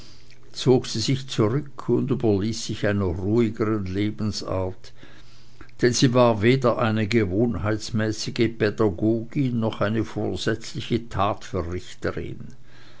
zog sie sich zurück und überließ sich einer ruhigeren lebensart denn sie war weder eine gewohnheitsmäßige pädagogin noch eine vorsätzliche tatverrichterin